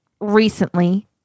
Recently